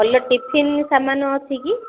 ଭଲ ଟିଫିନ୍ ସାମାନ୍ ଅଛି କି